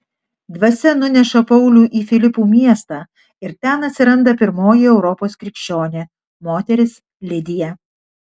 dvasia nuneša paulių į filipų miestą ir ten atsiranda pirmoji europos krikščionė moteris lidija